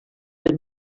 per